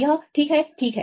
यह ठीक है ठीक है